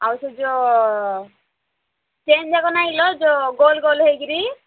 ଆଉ ସେ ଯେଉଁ ଚେନ୍ ଯାକ ନାଇଲୋ ଗୋଲ ଗୋଲ ହେଇକିରି